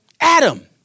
Adam